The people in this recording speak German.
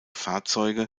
fahrzeuge